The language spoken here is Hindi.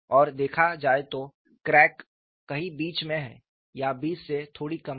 और देखा जाए तो क्रैक कहीं बीच में है या बीच से थोड़ी कम है